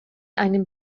einem